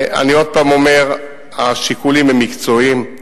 אני עוד פעם אומר: השיקולים הם מקצועיים,